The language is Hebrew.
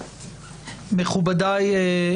מכובדיי,